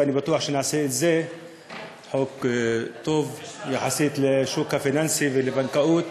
ואני בטוח שנעשה את זה חוק טוב יחסית לשוק הפיננסים ולבנקאות.